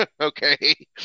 Okay